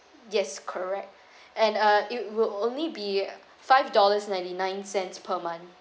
yes correct and uh it will only be five dollars ninety nine cents per month